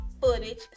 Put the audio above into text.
footage